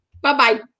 Bye-bye